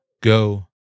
go